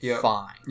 fine